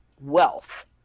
wealth